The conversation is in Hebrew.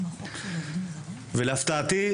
להפתעתי,